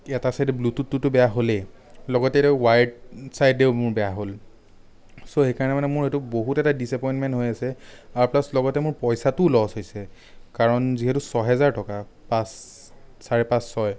এটা চাইদে ব্লুটুথটো বেয়া হ'লেই লগতে এতিয়া ৱায়াৰ্ড চাইদেও মোৰ বেয়া হ'ল চ' সেইকাৰণে মানে মোৰ এইটো বহুত এটা ডিচএপইন্টমেন্ট হৈ আছে আৰু প্লাছ লগতে মোৰ পইচাটোও লচ হৈছে কাৰণ যিহেতু ছয় হাজাৰ টকা পাঁচ চাৰে পাঁচ ছয়